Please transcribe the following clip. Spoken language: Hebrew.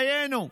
דיינו,